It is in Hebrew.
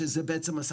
שזה בעצם,